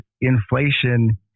inflation